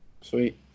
Sweet